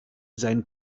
sein